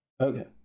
Okay